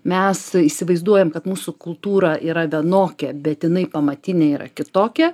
mes įsivaizduojam kad mūsų kultūra yra vienokia bet jinai pamatinė yra kitokia